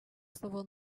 savo